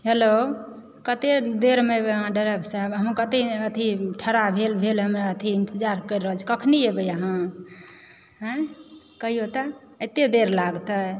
hello कतए देरमे एबय अहाँ ड्राइवर साहब हम कतए अथी ठढ़ा भेल भेल हमरा अथी इन्तजार कऽ रहल छी कखनी एबय अहाँ आय कहिऔ तऽ एतय देर लागतय